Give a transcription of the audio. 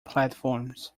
platforms